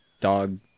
dog